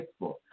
Facebook